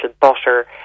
butter